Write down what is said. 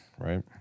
right